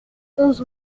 onze